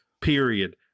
period